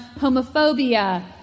homophobia